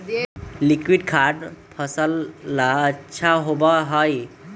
liquid खाद फसल ला अच्छा होबा हई